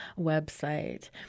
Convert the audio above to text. website